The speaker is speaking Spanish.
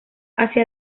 hacia